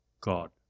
God